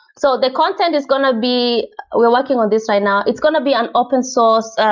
so the content is going to be we're working on this right now. it's going to be an open source